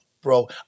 Bro